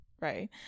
right